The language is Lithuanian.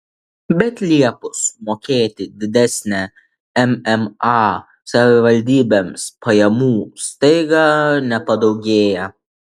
bet liepus mokėti didesnę mma savivaldybėms pajamų staiga nepadaugėja